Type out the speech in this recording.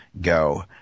go